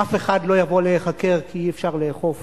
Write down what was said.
אף אחד לא יבוא להיחקר, כי אי-אפשר לאכוף